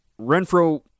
Renfro